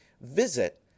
visit